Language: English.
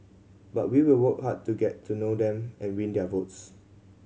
but we will work hard to get to know them and win their votes